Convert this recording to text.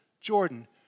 Jordan